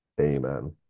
Amen